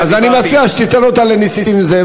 אז אני מציע שתיתן אותה לנסים זאב,